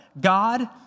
God